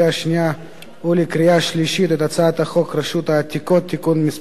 ולקריאה שלישית את הצעת החוק רשות העתיקות (תיקון מס' 5),